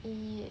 eat